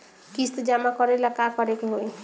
किस्त जमा करे ला का करे के होई?